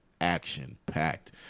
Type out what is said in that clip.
action-packed